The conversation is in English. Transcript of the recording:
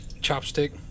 chopstick